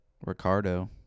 Ricardo